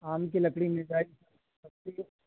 آم کی لکڑی مل جائے گی سستی